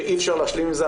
שאי אפשר להשלים עם זה.